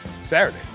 Saturday